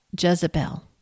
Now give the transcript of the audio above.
Jezebel